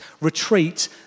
retreat